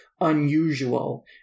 unusual